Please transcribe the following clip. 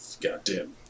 goddamn